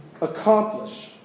accomplish